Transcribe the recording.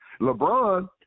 LeBron